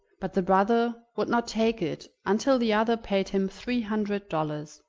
but the brother would not take it until the other paid him three hundred dollars,